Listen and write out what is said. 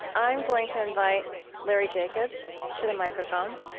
i'm going to invite larry jacobs to the microphone